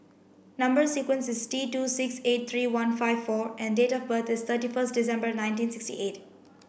number sequence is T two six eight three one five four and date of birth is thirty first December nineteen sixty eight